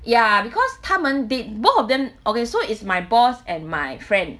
ya because 他们 they both of them okay so is my boss and my friend